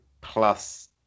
Plus